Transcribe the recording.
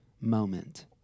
moment